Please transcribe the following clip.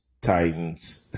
Titans